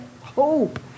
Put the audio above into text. hope